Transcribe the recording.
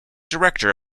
director